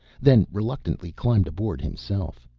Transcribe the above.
then reluctantly climbed aboard himself.